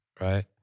right